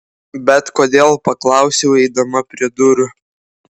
bet kodėl paklausiau eidama prie durų